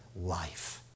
life